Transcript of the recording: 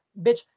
bitch